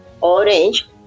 orange